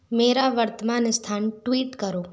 मेरा वर्तमान स्थान ट्वीट करो